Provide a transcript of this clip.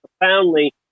profoundly